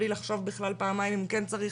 בלי לחשוב בכלל פעמיים אם הוא כן צריך,